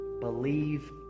believe